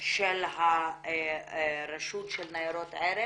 של הרשות לניירות ערך